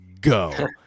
Go